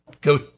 go